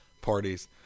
parties